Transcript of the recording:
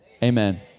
Amen